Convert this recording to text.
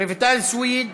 רויטל סויד,